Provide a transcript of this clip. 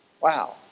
Wow